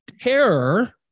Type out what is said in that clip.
terror